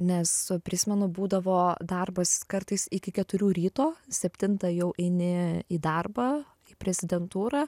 nes prisimenu būdavo darbas kartais iki keturių ryto septintą jau eini į darbą į prezidentūrą